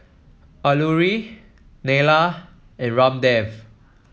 Alluri Neila and Ramdev